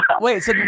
Wait